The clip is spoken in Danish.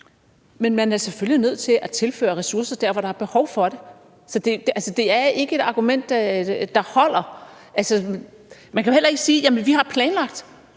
Men man er selvfølgelig nødt til at tilføre ressourcer dér, hvor der er behov for det. Så det er ikke et argument, der holder. Man kan jo heller ikke sige: Vi har planlagt